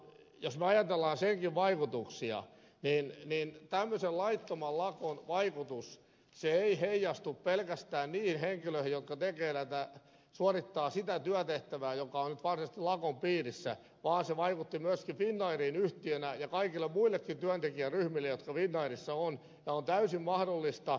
jos me ajattelemme senkin vaikutuksia tämmöisen laittoman lakon vaikutus ei heijastu pelkästään niihin henkilöihin jotka suorittavat sitä työtehtävää joka on nyt varsinaisesti lakon piirissä vaan se vaikutti myöskin finnairiin yhtiönä ja kaikkiin muihinkin työntekijäryhmiin jotka finnairissa ovat